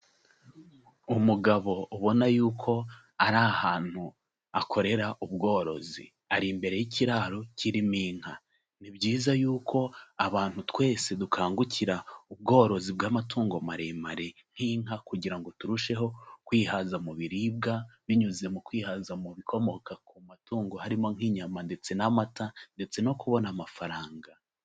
Umugabo ubona yuko ari ahantu akorera ubworozi. Ari imbere y'ikiraro kirimo inka. Ni byiza yuko abantu twese dukangukira ubworozi bw'amatungo maremare nk'inka, kugira ngo turusheho kwihaza mu biribwa binyuze mu kwihaza mu bikomoka ku matungo, harimo nk'inyama ndetse n'amata, ndetse no kubona amafaranga.